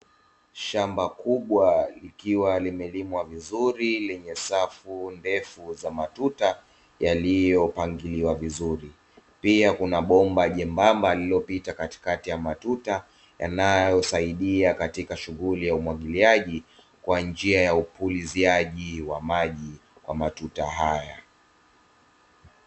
Shamba kubwa likiwa limelimwa vizuri lenye safu ndefu za matuta yaliyopangiliwa vizuri, pia kuna bomba jembamba lililopita katikati ya matuta yanayosaidia katika shughuli ya umwagiliaji kwa njia ya upuliziaji wa maji kwa matuta haya.